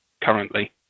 currently